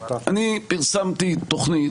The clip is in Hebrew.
אני פרסמתי תוכנית,